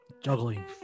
Juggling